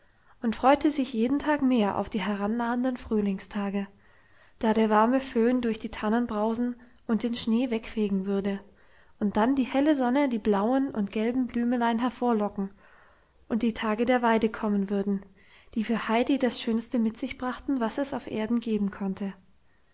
und freute sich jeden tag mehr auf die herannahenden frühlingstage da der warme föhn durch die tannen brausen und den schnee wegfegen würde und dann die helle sonne die blauen und gelben blümlein hervorlocken und die tage der weide kommen würden die für heidi das schönste mit sich brachten was es auf erden geben konnte